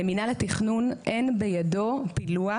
למינהל התכנון אין בידו פילוח,